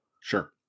Sure